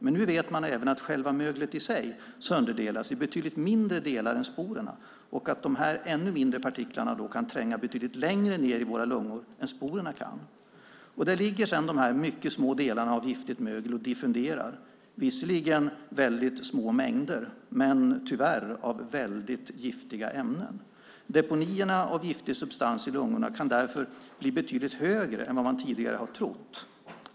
Men nu vet man att även själva möglet i sig sönderdelas i betydligt mindre delar än sporerna och att de här ännu mindre partiklarna kan tränga betydligt längre ned i våra lungor än vad sporerna kan. Där ligger sedan dessa mycket små delar av giftigt mögel och diffunderar. Visserligen är det väldigt små mängder, men ämnena är tyvärr väldigt giftiga. Deponierna av giftig substans i lungorna kan därför bli betydligt högre än vad man tidigare har trott.